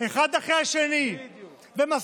אחד אחרי השני ומסבירים